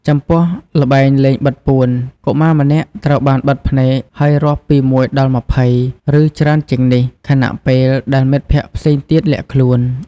ចំពោះ ល្បែងលេងបិទពួន កុមារម្នាក់ត្រូវបានបិទភ្នែក ហើយរាប់លេខពី ១ ដល់ ២០ ឬច្រើនជាងនេះ ខណៈពេលដែលមិត្តភក្តិផ្សេងទៀតលាក់ខ្លួន ។